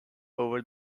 over